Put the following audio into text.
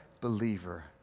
believer